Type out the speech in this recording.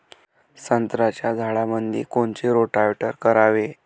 संत्र्याच्या झाडामंदी कोनचे रोटावेटर करावे?